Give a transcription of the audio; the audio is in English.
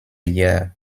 year